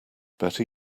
better